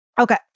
Okay